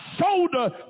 shoulder